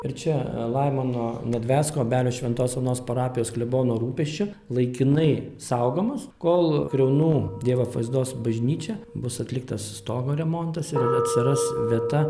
ir čia laimono nadvecko obelių šventos onos parapijos klebono rūpesčiu laikinai saugomas kol kriaunų dievo apvaizdos bažnyčia bus atliktas stogo remontas ir atsiras vieta